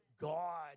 God